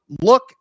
look